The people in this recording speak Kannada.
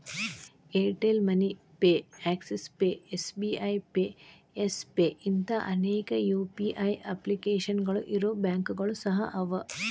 Airtel Money Axis Pay SBI Pay Yes Pay ಇಂಥಾ ಅನೇಕ ಯು.ಪಿ.ಐ ಅಪ್ಲಿಕೇಶನ್ಗಳು ಇರೊ ಬ್ಯಾಂಕುಗಳು ಸಹ ಅವ